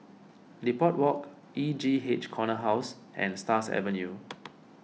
Depot Walk E J H Corner House and Stars Avenue